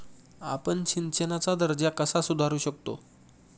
आपण सिंचनाचा दर्जा कसा सुधारू शकतो?